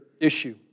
issue